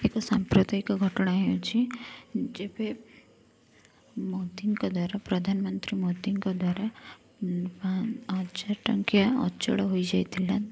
ଏକ ସାମ୍ପ୍ରଦାୟିକ ଘଟଣା ହଉଛି ଯେବେ ମୋଦିଙ୍କ ଦ୍ୱାରା ପ୍ରଧାନମନ୍ତ୍ରୀ ମୋଦିଙ୍କ ଦ୍ୱାରା ହଜାର ଟଙ୍କିଆ ଅଚଳ ହୋଇଯାଇଥିଲା